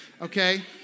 Okay